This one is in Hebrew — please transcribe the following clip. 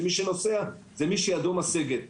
שמי שנוסע זה מי שידו משגת,